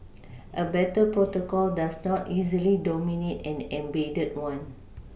a better protocol does not easily dominate an embedded one